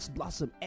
Blossom